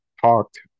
talked